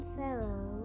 fellow